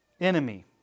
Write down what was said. enemy